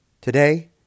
Today